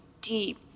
deep